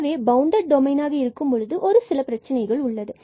எனவே பவுண்ட் டொமைனாக இருக்கும்பொழுது ஒருசில பிரச்சனைகள் உள்ளது